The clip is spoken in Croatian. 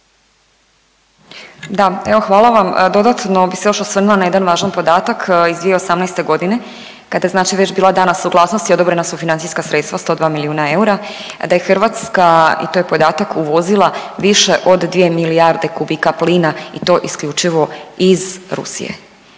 Da, evo hvala vam, dodatno bi se još osvrnula na jedan važan podatak iz 2018.g. kada znači je već bila dana suglasnost i odobrena su financijska sredstva 102 milijuna eura da je Hrvatska i to je podatak uvozila više od 2 milijarde kubika plina i to isključivo iz Rusije,